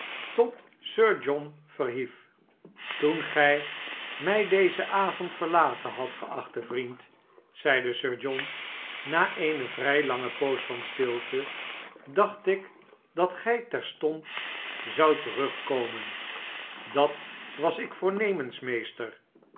tot sir john verhief toen gij mij dezen avond verlaten hadt geachte vriend zeide sir john na eene vrij lange poos van stilte sdacht ik dat gij terstond zoudt terugkomen dat was ik voornemens meester